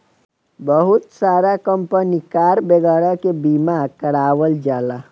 बहुत सारा company car वगैरह के बीमा करावल जाला